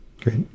Great